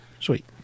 Sweet